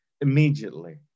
immediately